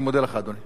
אני מודה לך, אדוני.